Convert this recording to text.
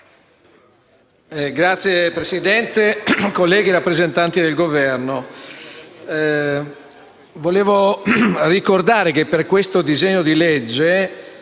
Signora Presidente, colleghi, rappresentanti del Governo, volevo ricordare che per questo disegno di legge